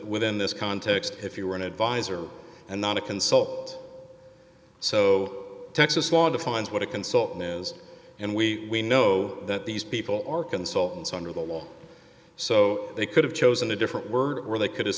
within this context if you were an advisor and not a consultant so texas law defines what a consultant is and we know that these people are consultants under the law so they could have chosen a different word or they could have